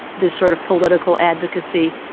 this sort of political advocacy.